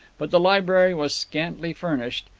but the library was scantily furnished,